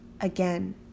Again